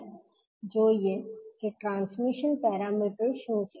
ચાલો જોઈએ કે ટ્રાન્સમિશન પેરામીટર્સ શું છે